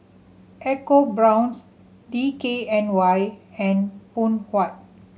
EcoBrown's D K N Y and Phoon Huat